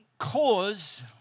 cause